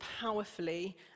powerfully